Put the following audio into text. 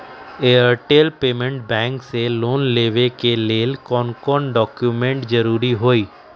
Airtel payments bank से loan लेवे के ले कौन कौन डॉक्यूमेंट जरुरी होइ?